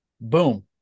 Boom